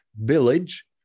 village